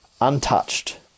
untouched